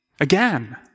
Again